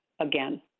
again